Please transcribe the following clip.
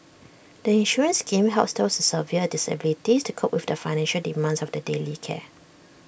the insurance scheme helps those with severe disabilities to cope with the financial demands of their daily care